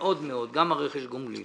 מאוד מאוד גם רכש הגומלין